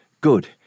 Good